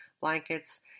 blankets